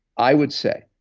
i would say,